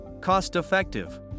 Cost-effective